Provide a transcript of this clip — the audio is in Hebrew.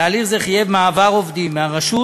תהליך זה חייב מעבר עובדים מהרשות